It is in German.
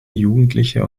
jugendliche